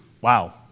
Wow